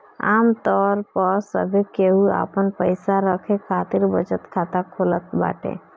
आमतौर पअ सभे केहू आपन पईसा रखे खातिर बचत खाता खोलत बाटे